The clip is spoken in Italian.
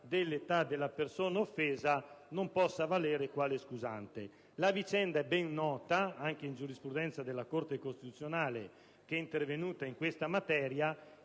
dell'età della persona offesa non può valere quale scusante. La vicenda è ben nota anche nella giurisprudenza della Corte costituzionale, la quale è intervenuta in questa materia